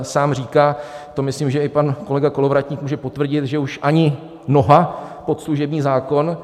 Sám říká, to myslím, že i pan kolega Kolovratník může potvrdit, že už ani noha pod služební zákon.